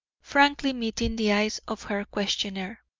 frankly meeting the eyes of her questioner.